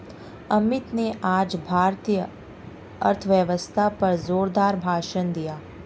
अमित ने आज भारतीय अर्थव्यवस्था पर जोरदार भाषण दिया